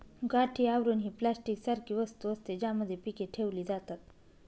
गाठी आवरण ही प्लास्टिक सारखी वस्तू असते, ज्यामध्ये पीके ठेवली जातात